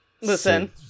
listen